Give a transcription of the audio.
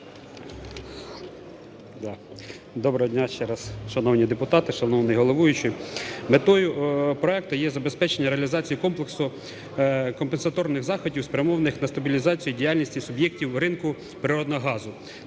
Доброго дня ще раз, шановні депутати, шановний головуючий! Метою проекту є забезпечення реалізації комплексу компенсаторних заходів, спрямованих на стабілізацію діяльності суб'єктів ринку природного газу